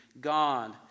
God